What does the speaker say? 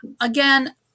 again